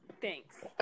thanks